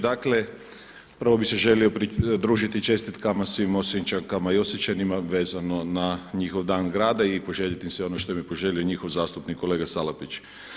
Dakle, prvo bih se želio pridružiti čestitka svim Osječankama i Osječanima vezano na njihov dan grada i poželjeti im sve ono što im je poželio njihov zastupnik kolega Salapić.